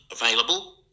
available